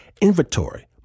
inventory